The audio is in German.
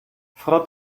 frau